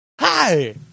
Hi